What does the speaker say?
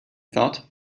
thought